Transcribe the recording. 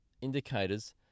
indicators